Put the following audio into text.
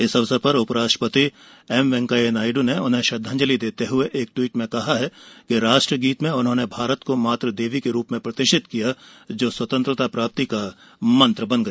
इस अवसर पर उपराष्ट्रपति एम वेंकैया नायड् ने उन्हें श्रद्धांजलि देते हुए एक ट्वीट में कहा है कि राष्ट्र गीत में उन्होंने भारत को मातृ देवी के रूप में प्रतिष्ठित किया जो स्वतंत्रता प्राप्ति का मंत्र बन गया